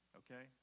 okay